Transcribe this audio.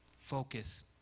Focus